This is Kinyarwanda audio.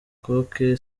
coke